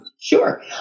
Sure